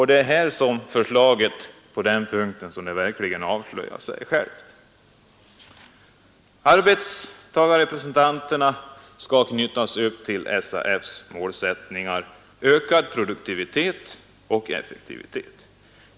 Det är på den punkten förslaget avslöjar sig självt. Arbetarrepresentanterna skall knytas upp till SAF:s målsättningar ”ökad produktivitet” och ”effektivitet”.